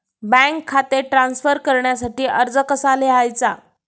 Bank खाते transfer करण्यासाठी अर्ज कसा लिहायचा?